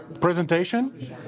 presentation